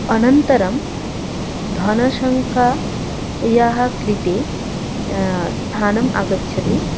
अनन्तरं धनसंख्या याः कृते स्थानम् आगच्छति